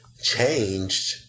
changed